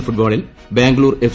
L ഫുട്ബോളിൽ Bangalore F